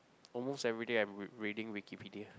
almost everyday I'm read reading Wikipedia